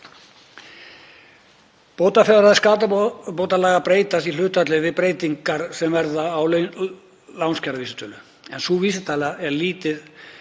Bótafjárhæðir skaðabótalaga breytast í hlutfalli við breytingar sem verða á lánskjaravísitölu, en sú vísitala er lítið